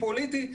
פוליטי,